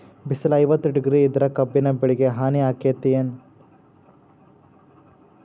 ಬಿಸಿಲ ಐವತ್ತ ಡಿಗ್ರಿ ಇದ್ರ ಕಬ್ಬಿನ ಬೆಳಿಗೆ ಹಾನಿ ಆಕೆತ್ತಿ ಏನ್?